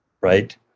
right